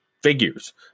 figures